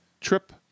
trip